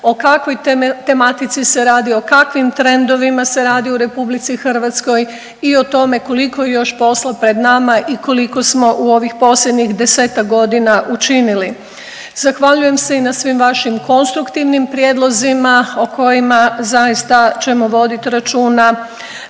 o kakvoj tematici se radi, o kakvim trendovima se radi u Republici Hrvatskoj i o tome koliko je još posla pred nama i koliko smo u ovih posljednjih desetak godina učinili. Zahvaljujem se i na svim vašim konstruktivnim prijedlozima o kojima zaista ćemo voditi računa